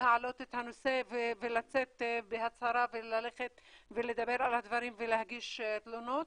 להעלות את הנושא ולצאת בהצהרה ולדבר על הדברים ולהגיש תלונות.